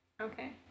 Okay